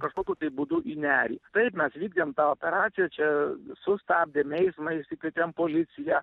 kažkokiu tai būdu į nerį taip mes vykdėm tą operaciją čia sustabdėm eismą išsikvietėm policiją